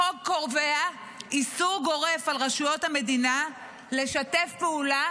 החוק קובע איסור גורף על רשויות המדינה לשתף פעולה